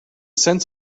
sense